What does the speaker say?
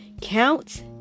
count